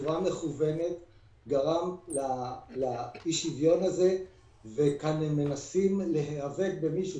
גרם לאי השוויון הזה ומנסים להיאבק במי שזה.